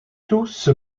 tous